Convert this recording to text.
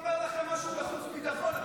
אומר לכם משהו בחוץ וביטחון?